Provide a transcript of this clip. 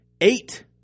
eight